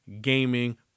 gaming